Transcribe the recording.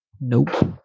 Nope